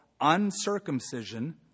uncircumcision